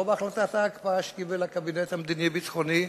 לא בהחלטת ההקפאה שקיבל הקבינט המדיני-ביטחוני,